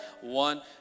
One